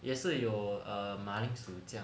也是有 err 马铃薯这样